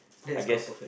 I guess